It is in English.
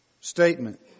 statement